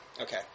Okay